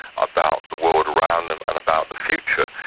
about the world around them and about the future.